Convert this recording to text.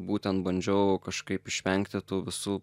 būtent bandžiau kažkaip išvengti tų visų